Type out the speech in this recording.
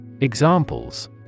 Examples